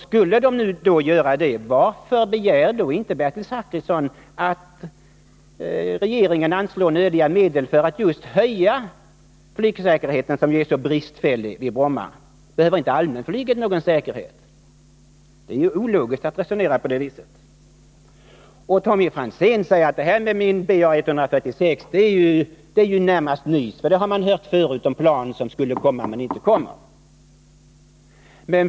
Skulle Stockholms kommun göra det, kan man fråga sig varför inte Bertil Zachrisson begär att regeringen anslår nödiga medel för att höja just flygsäkerheten, som sägs vara så bristfällig på Bromma flygplats. Behöver inte allmänflyget någon säkerhet? Det är ju ologiskt att resonera som Bertil Zachrisson gör. Tommy Franzén säger att det som jag har uttalat om BAe 146 närmast är nys, för man har ju förut hört talas om plan som sedan inte kommer.